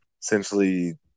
essentially